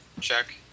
check